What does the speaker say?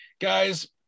guys